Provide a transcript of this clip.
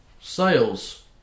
Sales